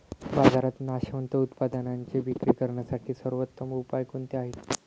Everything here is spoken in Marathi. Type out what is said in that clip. बाजारात नाशवंत उत्पादनांची विक्री करण्यासाठी सर्वोत्तम उपाय कोणते आहेत?